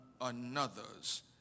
another's